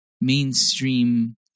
mainstream